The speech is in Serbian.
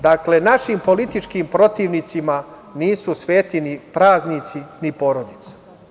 Dakle, našim političkim protivnicima nisu sveti ni praznici, ni porodica.